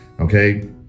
Okay